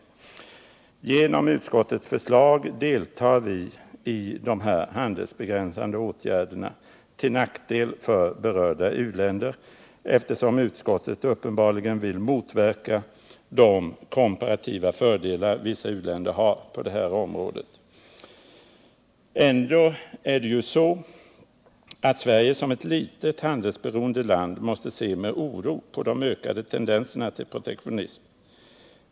29 maj 1979 Genom utskottets förslag deltar vi i de handelsbegränsande åtgärderna, till nackdel för berörda u-länder, eftersom utskottet uppenbarligen vill motverka — Trädgårdsnäringen de komparativa fördelar som vissa u-länder har på området. Ändå är det ju så att Sverige som ett litet handelsberoende land måste se med oro på de ökade tendenserna till protektionism.